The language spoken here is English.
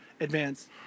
advance